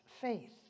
faith